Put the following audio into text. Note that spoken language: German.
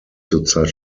zurzeit